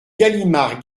galimard